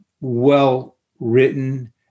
well-written